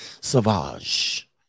Savage